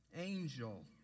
Angel